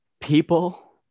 People